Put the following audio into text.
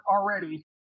already